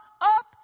up